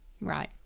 Right